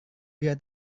pria